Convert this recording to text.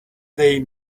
they